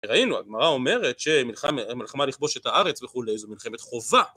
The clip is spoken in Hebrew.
ראינו, הגמרא אומרת, שמלחמה לכבוש את הארץ וכולי, זו מלחמת חובה